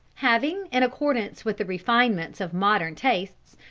having, in accordance with the refinements of modern tastes,